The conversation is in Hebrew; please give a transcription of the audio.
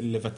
לבצע,